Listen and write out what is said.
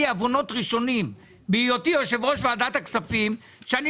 עוונות ראשונים בהיותי יושב-ראש ועדת הכספים שאני